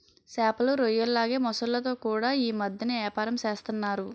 సేపలు, రొయ్యల్లాగే మొసల్లతో కూడా యీ మద్దెన ఏపారం సేస్తన్నారు